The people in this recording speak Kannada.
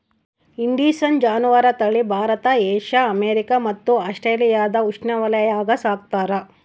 ಇಂಡಿಸಿನ್ ಜಾನುವಾರು ತಳಿ ಭಾರತ ಏಷ್ಯಾ ಅಮೇರಿಕಾ ಮತ್ತು ಆಸ್ಟ್ರೇಲಿಯಾದ ಉಷ್ಣವಲಯಾಗ ಸಾಕ್ತಾರ